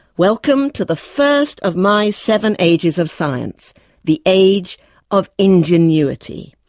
welcome to the first of my seven ages of science the age of ingenuity.